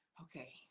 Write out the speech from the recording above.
okay